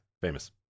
famous